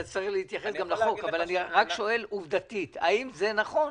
אתה תצטרך גם להתייחס לחוק אבל אני שואל עובדתית האם זה נכון.